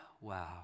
wow